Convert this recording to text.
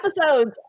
episodes